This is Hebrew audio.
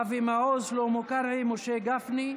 אבי מעוז, שלמה קרעי, משה גפני.